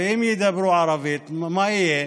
ואם ידברו ערבית, מה יהיה?